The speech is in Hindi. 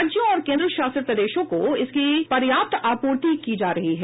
राज्यों और केन्द्रशासित प्रदेशों को इसकी पर्याप्तआपूर्ति की जा रही है